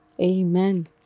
Amen